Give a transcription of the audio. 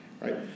right